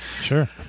Sure